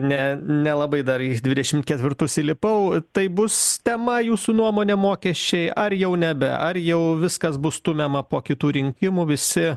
ne nelabai dar į dvidešimt ketvirtus įlipau tai bus tema jūsų nuomone mokesčiai ar jau nebe ar jau viskas bus stumiama po kitų rinkimų visi